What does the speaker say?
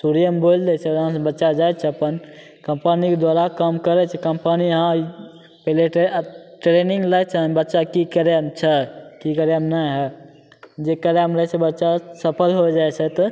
शुरुएमे बोलि दै छै यहाँसे बच्चा जाइ छै अपन कम्पनीके द्वारा काम करै छै कम्पनी यहाँ पहिले ट्रेनिन्ग लै छै बच्चा कि करै छै कि करैमे नहि हइ जे करैमे रहै छै बच्चा सफल हो जाइ छै तऽ